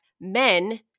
men